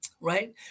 Right